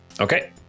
Okay